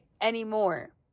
anymore